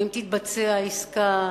האם תתבצע העסקה,